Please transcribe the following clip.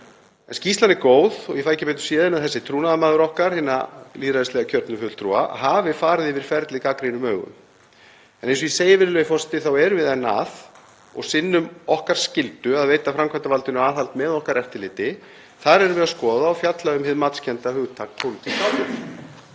Skýrslan er góð og ég fæ ekki betur séð en að þessi trúnaðarmaður okkar, hinna lýðræðislega kjörnu fulltrúa, hafi farið yfir ferlið gagnrýnum augum. En eins og ég segi, virðulegi forseti, þá erum við enn að og sinnum okkar skyldu að veita framkvæmdarvaldinu aðhald með okkar eftirliti. Þar erum við að skoða og fjalla um hið matskennda hugtak